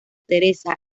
teresa